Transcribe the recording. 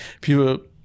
people